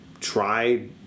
try